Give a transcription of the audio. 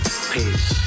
Peace